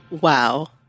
Wow